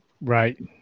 Right